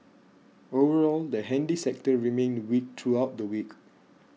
overall the handy sector remained weak throughout the week